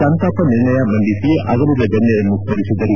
ಸಂತಾಪ ನಿರ್ಣಯ ಮಂಡಿಸಿ ಅಗಲಿದ ಗಣ್ಣರನ್ನು ಸ್ತರಿಸಿದರು